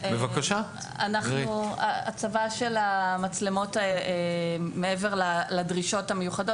הצבה של המצלמות מעבר לדרישות המיוחדות